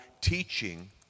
teaching